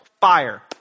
fire